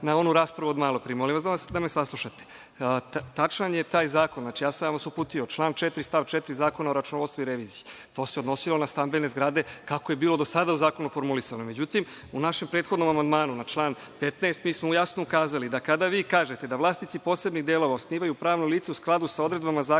na onu raspravu od malopre. Molim vas da me saslušate. Tačan je taj zakon, uputio sam vas, član 4. stav 4. Zakona o računovodstvu i reviziji, to se odnosilo na stambene zgrade kako je bilo do sada u zakonu formulisano. Međutim, u našem prethodnom amandmanu, na član 15, mi smo jasno ukazali da kada vi kažete da vlasnici posebnih delova osnivaju pravno lice u skladu sa odredbama zakona